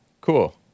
Cool